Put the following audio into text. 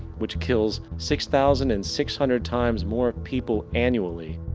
which kills six thousand and six hundred times more people annually,